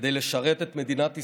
כדי לשרת את מדינת ישראל,